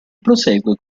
prosegue